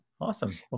Awesome